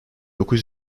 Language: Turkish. dokuz